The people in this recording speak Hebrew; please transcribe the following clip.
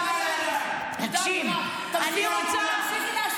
תהיי הגונה, וגירשו אותי.